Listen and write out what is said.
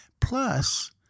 Plus